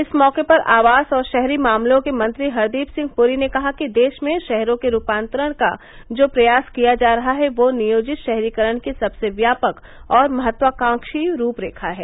इस मौके पर आवास और शहरी मामलों के मंत्री हरदीप सिंह पुरी ने कहा कि देश में शहरों के रूपान्तरण का जो प्रयास किया जा रहा है वह नियोजित शहरीकरण की सबसे व्यापक और महत्वाकांक्षी रूपरेखा है